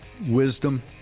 wisdom